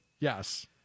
Yes